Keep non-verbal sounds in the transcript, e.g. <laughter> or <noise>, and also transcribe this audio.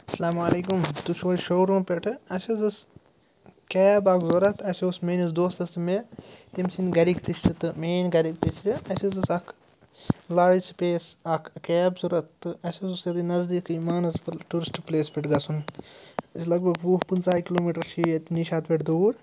اسلامُ علیکُم تُہۍ چھُو حظ شوروٗم پٮ۪ٹھٕ اَسہِ حظ ٲس کیب اَکھ ضوٚرَتھ اَسہِ اوس میٛٲنِس دوستَس تہٕ مےٚ تٔمۍ سٕنٛدۍ گَرِکۍ تہِ چھِ تہٕ میٛٲنۍ گَرِکۍ تہِ چھِ اَسہِ حظ ٲس اَکھ لارٕج سٕپیس اَکھ کیب ضوٚرَتھ تہٕ اَسہِ حظ اوس <unintelligible> نزدیٖکٕے مانَسبل ٹوٗرسٹ پٕلیس پٮ۪ٹھ گژھُن یہِ چھِ لگ بگ وُہ پٕنٛژٕ ہَے کِلوٗ میٖٹَر چھِ ییٚتہِ نِشاط پٮ۪ٹھ دوٗر